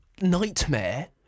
nightmare